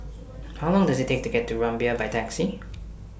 How Long Does IT Take to get to Rumbia By Taxi